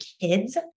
kids